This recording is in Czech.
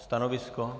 Stanovisko?